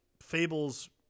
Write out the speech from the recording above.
fables